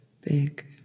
big